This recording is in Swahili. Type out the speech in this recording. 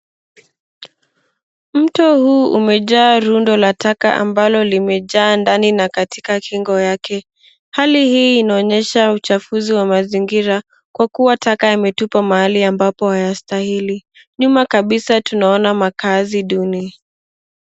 Mto huu umejaa rundo la taka ambalo limejaa ndani na inakatika kingo yake hali hii inaonyesha uchafuzi wa mazingira kwa kuwa taka yametupwa mahali ambapo hayastahili nyuma kabisa tunaona makaazi duni.